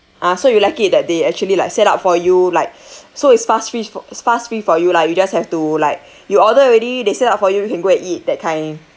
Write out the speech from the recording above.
ah so you're lucky at that day actually like set up for you like so is fast pa~ fast pace for you lah you just have to like you order already they set up for you you can go and eat that kind